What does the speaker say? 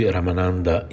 Ramananda